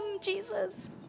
Jesus